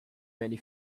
many